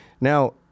Now